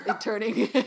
turning